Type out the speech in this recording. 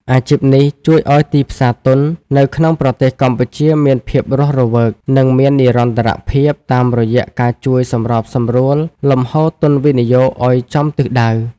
អាជីពនេះជួយឱ្យទីផ្សារទុននៅក្នុងប្រទេសកម្ពុជាមានភាពរស់រវើក និងមាននិរន្តរភាព តាមរយៈការជួយសម្របសម្រួលលំហូរទុនវិនិយោគឱ្យចំទិសដៅ។